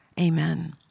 Amen